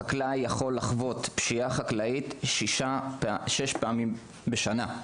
חקלאי יכול לחוות פשיעה חקלאית שש פעמים בשנה,